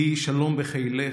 יהי שלום בחילך,